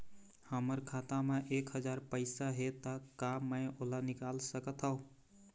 हमर खाता मा एक हजार पैसा हे ता का मैं ओला निकाल सकथव?